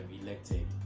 elected